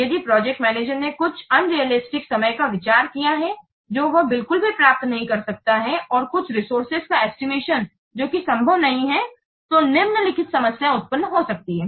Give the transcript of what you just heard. यदि project manager ने कुछ अवास्तविक समय का विचार किया हैं जो वह बिल्कुल भी प्राप्त नहीं कर सकता है और कुछ रिसोर्स का एस्टिमेशन जो कि संभव नहीं है तो निम्नलिखित समस्याएं उत्पन्न हो सकती हैं